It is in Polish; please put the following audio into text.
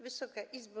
Wysoka Izbo!